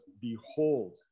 behold